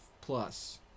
plus